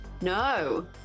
No